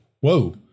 whoa